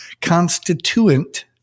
constituent